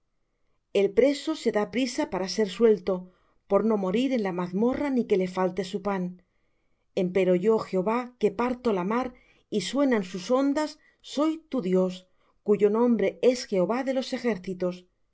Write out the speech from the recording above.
el preso se da prisa para ser suelto por no morir en la mazmorra ni que le falte su pan empero yo jehová que parto la mar y suenan sus ondas soy tu dios cuyo nombre es jehová de los ejércitos